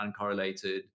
uncorrelated